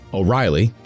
O'Reilly